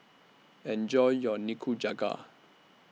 Enjoy your Nikujaga